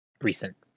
recent